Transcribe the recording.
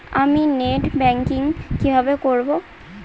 আমি net banking কিভাবে করব?